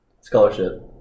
Scholarship